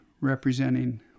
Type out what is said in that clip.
representing